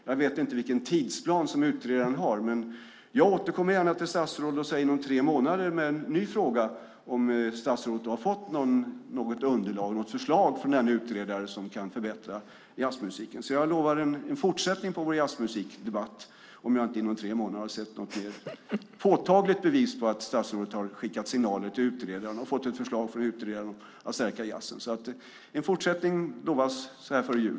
Jag vet inte vilket tidsplan som utredaren har, men jag återkommer gärna till statsrådet om tre månader med en ny fråga om statsrådet har fått något förslag från utredaren som kan förbättra för jazzmusiken. Jag lovar alltså en fortsättning på vår jazzmusikdebatt om jag inte inom tre månader har sett något mer påtagligt bevis på att statsrådet har skickat signaler till utredaren och har fått ett förslag från utredaren om att stärka jazzen. En fortsättning lovas alltså så här före jul!